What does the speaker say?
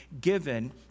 given